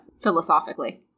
Philosophically